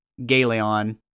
Galeon